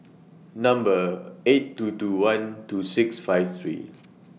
Number eight two two one two six five three